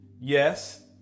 Yes